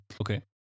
Okay